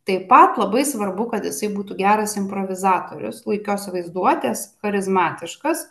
taip pat labai svarbu kad jisai būtų geras improvizatorius puikios vaizduotės charizmatiškas